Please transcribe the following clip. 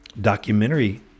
documentary